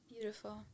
Beautiful